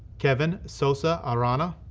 kevin sosa arona,